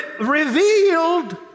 Revealed